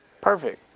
Perfect